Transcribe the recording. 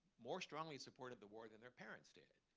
more strongly supported the war than their parents did.